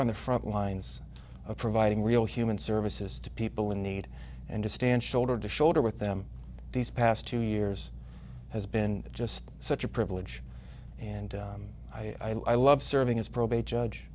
on the front lines of providing real human services to people in need and to stand shoulder to shoulder with them these past two years has been just such a privilege and i love serving as a probate judge